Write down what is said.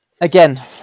again